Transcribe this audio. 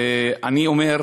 ואני אומר: